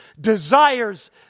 desires